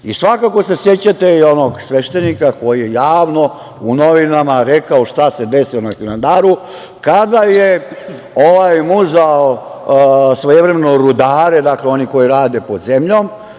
Svakako se sećate i onog sveštenika koji je javno u novinama rekao šta se desilo na Hilandaru, kada je ovaj muzao svojevremeno rudare, one koje rade pod zemljom.